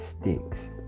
sticks